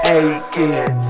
aching